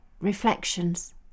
reflections